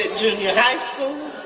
junior high school.